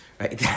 right